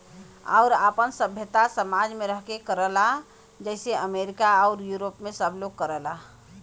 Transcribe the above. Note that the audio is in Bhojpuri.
आउर आपन सभ्यता समाज मे रह के करला जइसे अमरीका आउर यूरोप मे सब लोग करला